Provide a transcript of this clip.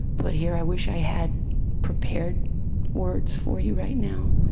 put here. i wish i had prepared words for you right now.